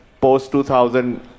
post-2000